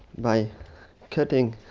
by cutting